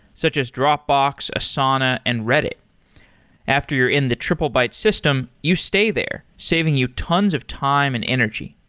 such as dropbox, asana and reddit after you're in the triplebyte system, you stay there saving you tons of time and energy.